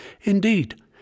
Indeed